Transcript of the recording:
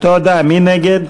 מי נגד?